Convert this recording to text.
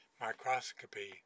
microscopy